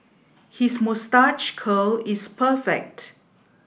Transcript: his moustache curl is perfect